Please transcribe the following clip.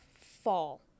fall